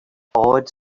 awed